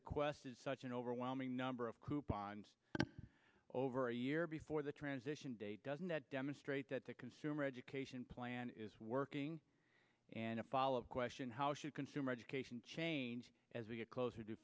requested such an overwhelming number of coupons over a year before the transition date doesn't demonstrate that the consumer education plan is working and a follow up question how should consumer education change as we get closer